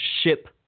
ship